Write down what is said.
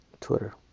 Twitter